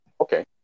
Okay